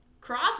Cross